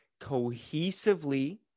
cohesively